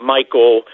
Michael